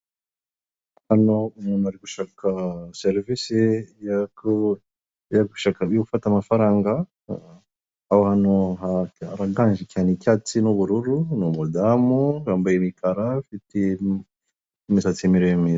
Hano umuntu ari gushaka serivisi yo gushaka gufata amafaranga, yambaye icyatsi n'ubururu, n'umudamu afite imisatsi miremire.